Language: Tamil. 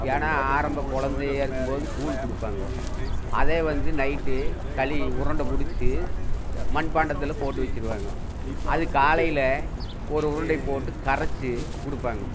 ஏன்னா ஆரம்ப குழந்தையா இருக்கும்போது கூழ் கொடுப்பாங்கோ அதே வந்து நைட்டு களி உருண்டை பிடிச்சி மண்பாண்டத்தில் போட்டு வச்சிருவாங்கோ அது காலையில் ஒரு உருண்டை போட்டு கரைச்சி கொடுப்பாங்க